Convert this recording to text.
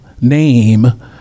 name